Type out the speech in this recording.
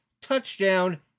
touchdown